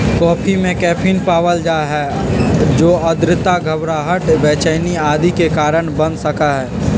coffee में caffeine पावल जा हई जो अनिद्रा, घबराहट, बेचैनी आदि के कारण बन सका हई